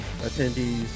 attendees